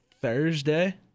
Thursday